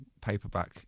paperback